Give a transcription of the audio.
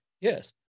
Yes